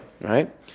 right